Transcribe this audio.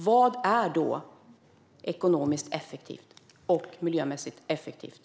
Vad är då ekonomiskt och miljömässigt effektivt?